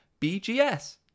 BGS